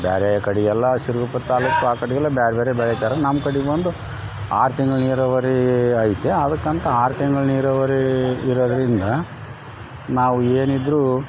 ಬೇರೆ ಕಡೆಯೆಲ್ಲ ಆ ಸಿರಗುಪ್ಪ ತಾಲೂಕು ಆ ಕಡೆಯೆಲ್ಲ ಬ್ಯಾರೆ ಬೇರೆ ಬೆಳಿತಾರೆ ನಮ್ಮ ಕಡೆ ಒಂದು ಆರು ತಿಂಗ್ಳು ನೀರಾವರಿ ಐತೆ ಅದಕ್ಕೆ ಅಂತ ಆರು ತಿಂಗ್ಳು ನೀರಾವರಿ ಇರೋದರಿಂದ ನಾವು ಏನಿದ್ರು